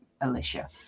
Alicia